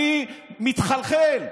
אני מתחלחל.